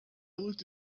looked